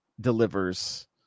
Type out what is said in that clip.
delivers